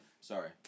Sorry